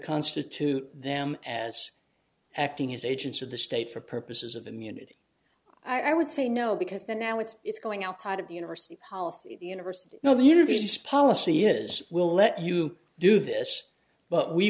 constitute them as acting as agents of the state for purposes of immunity i would say no because the now it's it's going outside of the university policy the university now the interview is policy is we'll let you do this but we